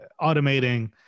Automating